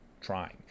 trying